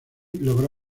logró